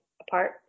apart